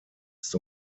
ist